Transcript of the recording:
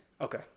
Okay